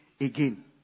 again